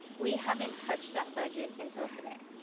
we haven't touched that budget until today.